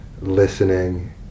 listening